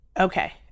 Okay